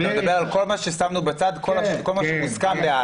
אתה מדבר על כל מה ששמנו בצד, כל מה שמוסכם, בעד.